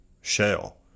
shell